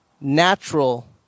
natural